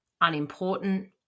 unimportant